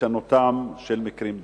הישנותם של מקרים דומים?